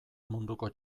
munduko